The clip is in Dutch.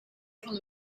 van